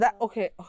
Okay